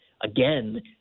again